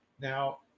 Now